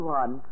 one